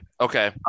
Okay